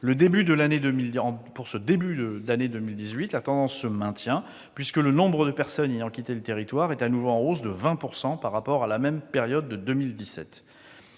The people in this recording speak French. Depuis le début de l'année 2018, la tendance se maintient, puisque le nombre de personnes ayant quitté le territoire est à nouveau en hausse de 20 % par rapport à la même période en 2017.